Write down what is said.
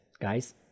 guys